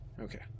Okay